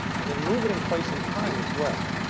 and then, move it in place and time, as well.